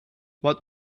what